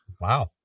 Wow